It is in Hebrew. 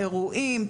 אירועים,